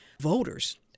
voters